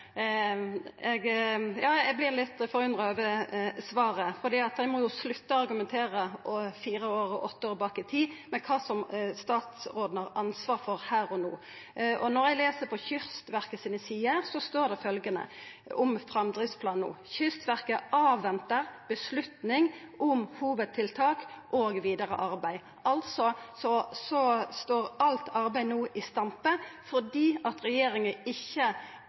Eg vert litt forundra over svaret, for ein må jo slutta å argumenta fire år og åtte år tilbake i tid, med omsyn til det som statsråden har ansvaret for her og no. Når eg les på Kystverket sine sider, så står det følgjande om framdriftsplanen no: «Kystverket avventer beslutning om hovedtiltak og videre arbeid.» Alt arbeid står altså no i stampe fordi regjeringa endå ikkje,